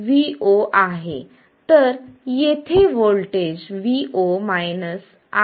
तर येथे voltage vo iiRm असेल